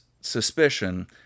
suspicion